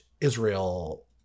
Israel